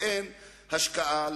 אין בו השקעה,